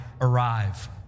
arrive